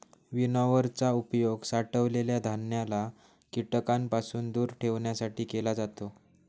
winnower चा उपयोग साठवलेल्या धान्याला कीटकांपासून दूर ठेवण्यासाठी केला जातो